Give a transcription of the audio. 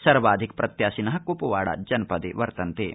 सर्वाधिक प्रत्याशिन क्पवाडा जनपदे वर्तन्ते